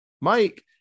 Mike